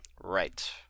Right